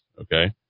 okay